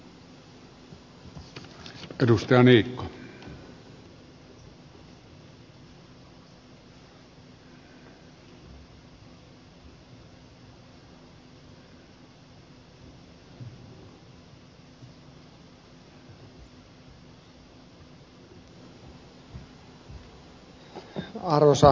arvoisa herra puhemies